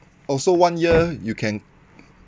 also one year you can